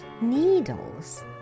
needles